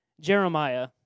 Jeremiah